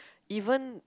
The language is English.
even